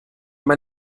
man